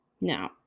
Now